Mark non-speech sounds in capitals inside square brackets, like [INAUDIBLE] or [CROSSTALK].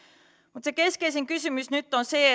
mutta se keskeisin kysymys nyt on se [UNINTELLIGIBLE]